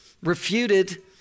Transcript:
refuted